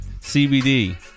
CBD